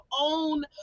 own